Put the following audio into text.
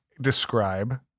describe